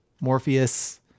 Morpheus